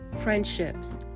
friendships